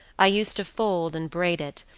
i used to fold and braid it,